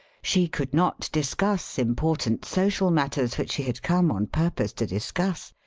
she could not discuss important social matters, which she had come on purpose to discuss.